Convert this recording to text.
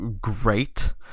great